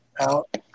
out